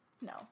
no